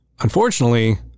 Unfortunately